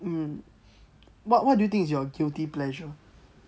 mm what what do you think it's your guilty pleasure